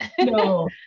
No